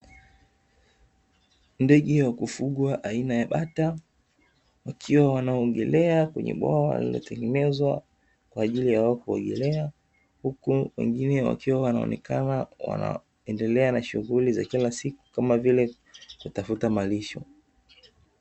Ndege wa kufugwa aina ya bata, wakiwa wanaogelea kwenye bwawa lililotengenezwa kwa ajili ya wao kuogelea, huku wengine wakiwa wanaonekana wanaendelea na shughuli za kila siku, kama vile kutafuta malisho.